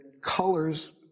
colors